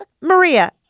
Maria